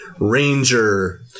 ranger